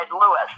Lewis